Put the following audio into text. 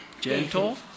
Gentle